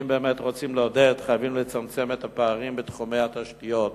אם באמת רוצים לעודד חייבים לצמצם את הפערים בתחומי התשתיות,